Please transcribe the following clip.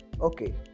Okay